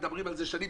מדברים על זה שנים,